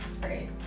Great